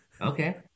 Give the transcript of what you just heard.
Okay